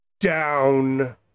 down